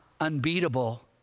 unbeatable